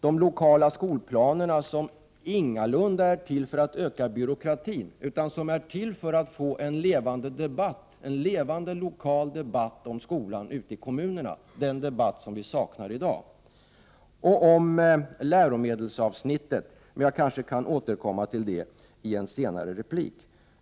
De lokala skolplanerna är ingalunda till för att öka byråkratin, utan de är till för att skapa en levande lokal debatt om skolan ute i kommunerna — den debatt som i dag saknas — om läromedelsavsnittet. Jag kan återkomma till detta i en replik.